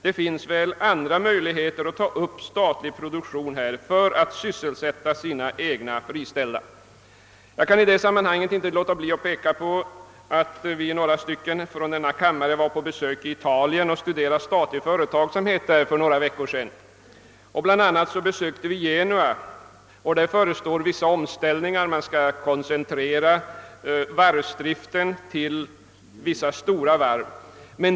Det föreligger andra möjligheter till produktion i syfte att sysselsätta sina egna friställda. Jag kan i detta sammanhang inte låta bli att erinra om en resa som några av oss här i kammaren gjorde för några veckor sedan till Italien för att studera statlig företagsamhet. Vi besökte bl.a. Genua. Där förestår en del omställningar; man skall koncentrera driften till vissa stora varv.